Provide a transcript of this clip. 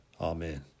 Amen